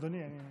מוצע, אדוני.